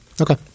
Okay